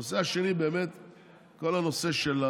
הנושא השני באמת הוא כל הנושא,